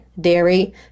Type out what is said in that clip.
dairy